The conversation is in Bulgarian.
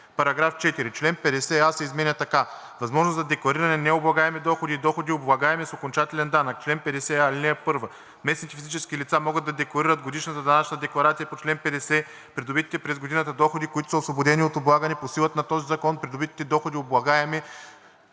§ 4: „§ 4. Член 50а се изменя така: „Възможност за деклариране на необлагаеми доходи и доходи, облагаеми с окончателен данък Чл. 50а. (1) Местните физически лица могат да декларират в годишната данъчна декларация по чл. 50 придобитите през годината доходи, които са освободени от облагане по силата на този закон, придобитите доходи, облагаеми